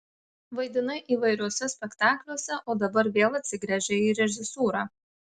vaidinai įvairiuose spektakliuose o dabar vėl atsigręžei į režisūrą